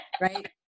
right